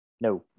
no